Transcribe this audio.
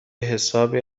حسابی